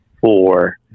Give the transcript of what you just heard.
four